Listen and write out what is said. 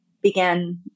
began